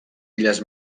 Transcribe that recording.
illes